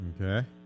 Okay